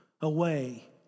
away